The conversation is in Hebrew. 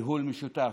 ניהול משותף.